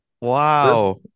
Wow